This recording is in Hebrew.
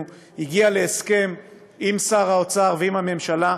הגיעה להסכם עם שר האוצר ועם הממשלה,